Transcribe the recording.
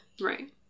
Right